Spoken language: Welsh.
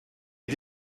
ydy